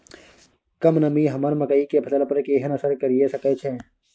कम नमी हमर मकई के फसल पर केहन असर करिये सकै छै?